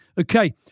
Okay